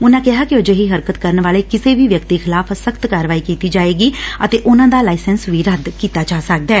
ਉਨੁਾ ਕਿਹਾ ਕਿ ਅਜਿਹੀ ਹਰਕਤ ਕਰਨ ਵਾਲੇ ਕਿਸੇ ਵੀ ਵਿਅਕਤੀ ਖਿਲਾਫ਼ ਸਖ਼ਤ ਕਾਰਵਾਈ ਕੀਡੀ ਜਾਏਗੀ ਅਤੇ ਉਨਾਂ ਦਾ ਲਾਇਸੈਂਸ ਵੀ ਰੱਦ ਕੀਡਾ ਜਾ ਸਕਦੈ